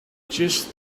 just